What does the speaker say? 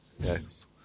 Yes